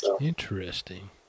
Interesting